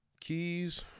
Keys